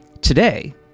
Today